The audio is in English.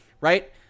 right